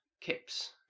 Kips